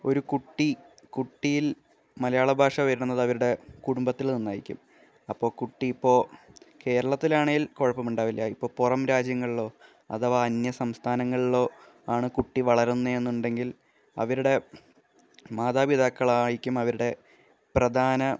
ഒരു കുട്ടി കുട്ടിയില് മലയാള ഭാഷ വരുന്നത് അവരുടെ കുടുംബത്തിൽ നിന്നായിരിക്കും അപ്പോള് കുട്ടി ഇപ്പോള് കേരളത്തിലാണെങ്കില് കുഴപ്പമുണ്ടാവില്ല ഇപ്പോള് പുറംരാജ്യങ്ങളിലോ അഥവാ അന്യ സംസ്ഥാനങ്ങളിലോ ആണ് കുട്ടി വളരുന്നേന്നുണ്ടെങ്കില് അവരുടെ മാതാപിതാക്കളായിരിക്കും അവരുടെ പ്രധാന